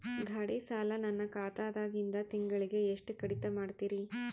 ಗಾಢಿ ಸಾಲ ನನ್ನ ಖಾತಾದಾಗಿಂದ ತಿಂಗಳಿಗೆ ಎಷ್ಟು ಕಡಿತ ಮಾಡ್ತಿರಿ?